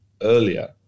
earlier